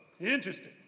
interesting